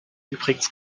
übrigens